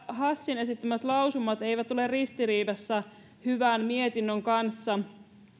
hassin esittämät lausumat eivät ole ristiriidassa hyvän mietinnön kanssa